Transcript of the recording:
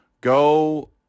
go